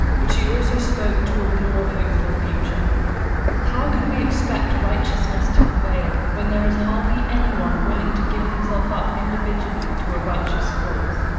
but she also spoke to a more hopeful future how can we expect righteousness to prevail when there is hardly anyone willing to give himself up individually to a righteous cause?